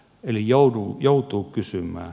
eli joutuu kysymään